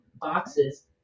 boxes